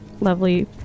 lovely